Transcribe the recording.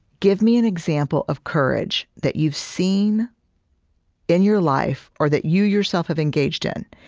give me an example of courage that you've seen in your life or that you, yourself, have engaged in,